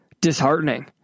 disheartening